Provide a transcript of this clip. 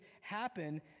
happen